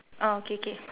ah okay K